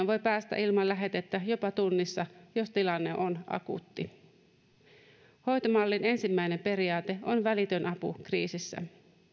voi päästä ilman lähetettä jopa tunnissa jos tilanne on akuutti hoitomallin ensimmäinen periaate on välitön apu kriisissä